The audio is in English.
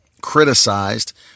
criticized